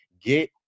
get